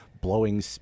blowing